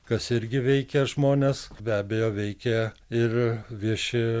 kas irgi veikia žmones be abejo veikia ir vieši